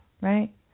Right